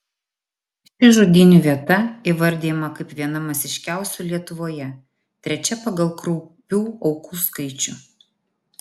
ši žudynių vieta įvardijama kaip viena masiškiausių lietuvoje trečia pagal kraupių aukų skaičių